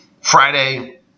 Friday